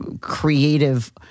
creative